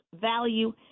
value